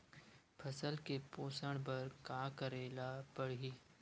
फसल के पोषण बर का करेला पढ़ही?